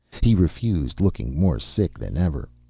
he refused, looking more sick than ever.